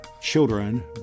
children